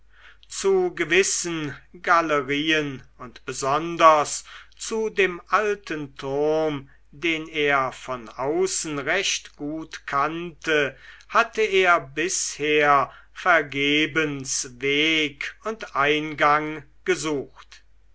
zu gewissen galerien und besonders zu dem alten turm den er von außen recht gut kannte hatte er bisher vergebens weg und eingang gesucht